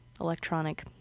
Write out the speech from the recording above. electronic